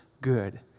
good